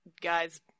guys